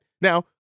Now